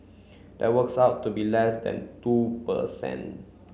that works out to less than two per cent